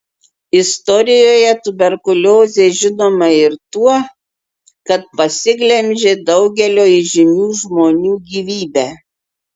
istorijoje tuberkuliozė žinoma ir tuo kad pasiglemžė daugelio įžymių žmonių gyvybę